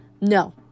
No